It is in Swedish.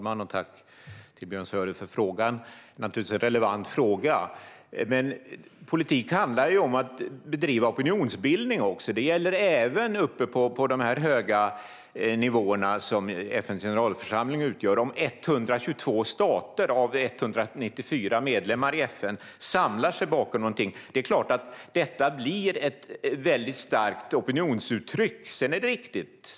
Fru talman! Tack, Björn Söder, för frågan! Det är naturligtvis en relevant fråga, men politik handlar ju också om att bedriva opinionsbildning. Det gäller även uppe på den höga nivå som FN:s generalförsamling utgör. Om 122 av FN:s 194 medlemsstater samlar sig bakom någonting är det klart att det blir ett väldigt starkt opinionsuttryck.